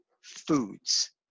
foods